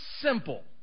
simple